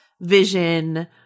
Vision